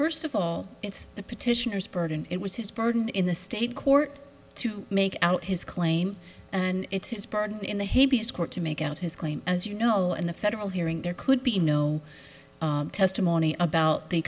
first of all it's the petitioners burden it was his burden in the state court to make out his claim and it's his burden in the hippies court to make out his claim as you know in the federal hearing there could be no testimony about the